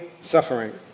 suffering